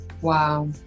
Wow